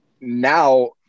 now